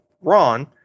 Ron